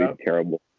terrible